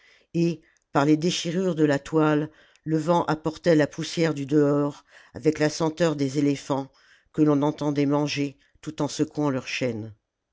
et par les déchirures de la toile le vent apportait la poussière du dehors avec la senteur des éléphants que l'on entendait manger tout en secouant leurs chaînes